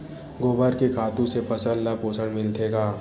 गोबर के खातु से फसल ल पोषण मिलथे का?